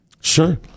Sure